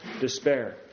despair